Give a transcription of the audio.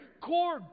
core